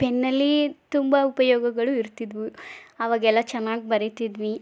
ಪೆನ್ನಲ್ಲಿ ತುಂಬ ಉಪಯೋಗಗಳು ಇರ್ತಿದ್ವು ಆವಾಗೆಲ್ಲ ಚೆನ್ನಾಗಿ ಬರಿತಿದ್ವಿ